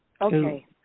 Okay